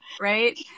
right